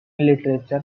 literature